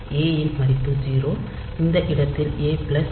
ஏ யின் மதிப்பு 0 இந்த இடத்தில் ஏ பிளஸ் டி